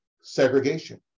segregation